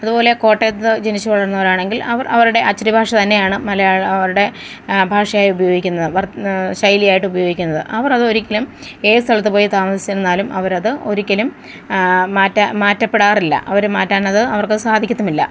അതുപോലെ കോട്ടയത്ത് ജനിച്ച് വളര്ന്നവരാണെങ്കില് അവര് അവരുടെ അച്ചടിഭാഷ തന്നെയാണ് മലയാള അവരുടെ ഭാഷയായി ഉപയോഗിക്കുന്നത് ശൈലിയായിട്ടുപയോഗിക്കുന്നത് അവരതൊരിക്കലും ഏത് സ്ഥലത്ത് പോയി താമസിച്ചിരുന്നാലും അവരത് ഒരിക്കലും മാറ്റാൻ മാറ്റപ്പെടാറില്ല അവർ മറ്റാനത് അവര്ക്കത് സാധിക്കത്തുമില്ല